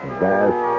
vast